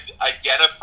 identify